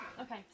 Okay